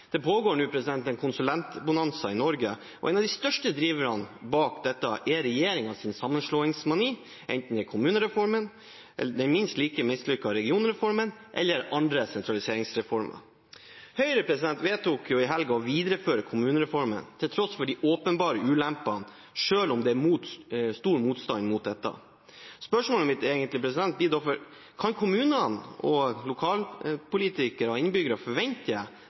Det pågår nå en konsulentbonanza i Norge, og en av de største driverne bak dette er regjeringens sammenslåingsmani, enten det er kommunereformen, den minst like mislykkede regionreformen eller andre sentraliseringsreformer. Høyre vedtok i helgen å videreføre kommunereformen, til tross for de åpenbare ulempene og selv om det er stor motstand mot dette. Spørsmålet mitt er egentlig: Kan kommunene og lokalpolitikere og innbyggere forvente